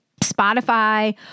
Spotify